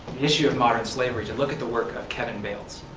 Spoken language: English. issue of modern slavery to look at the work of kevin bales.